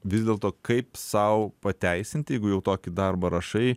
vis dėlto kaip sau pateisinti jeigu jau tokį darbą rašai